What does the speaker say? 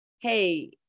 hey